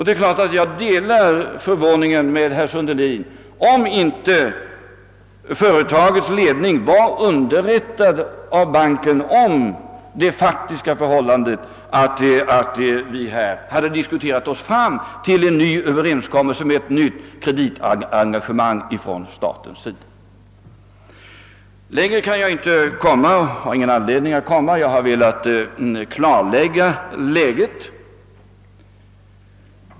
Det är klart att jag delar förvåningen med herr Sundelin, om företagets ledning inte var underrättad av banken om det faktiska förhållandet, att vi hade diskuterat oss fram till en överenskommelse om ett nytt kreditengagemang från statens sida. Längre kan jag inte komma, och jag har ingen anledning att gå längre. Jag har velat klarlägga läget.